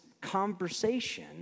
conversation